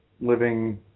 living